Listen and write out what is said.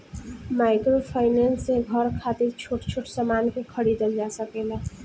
microfinance से घर खातिर छोट छोट सामान के खरीदल जा सकेला